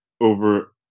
over